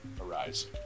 arise